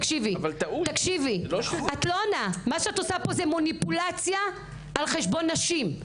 מה שאת עושה פה זו מניפולציה על חשבון נשים.